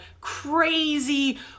crazy